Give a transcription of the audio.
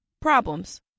problems